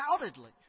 undoubtedly